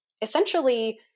essentially